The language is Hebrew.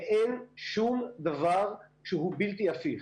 ואין שום דבר שהוא בלתי הפיך.